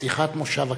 בפתיחת מושב הכנסת.